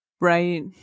Right